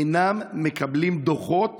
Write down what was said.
אינם מקבלים דוחות